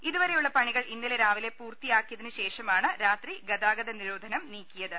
ഇതുവരെയുള്ള പണികൾ ഇന്നലെ രാവിലെ പൂർത്തിയാക്കിയതിനുശേഷമാണ് രാത്രി ഗതാഗതനിരോധനം നീക്കിയത്